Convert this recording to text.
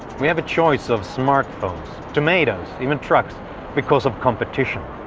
we have a choice of smart phones, tomatoes, even trucks because of competition.